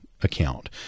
account